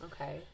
Okay